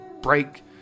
break